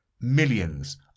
millions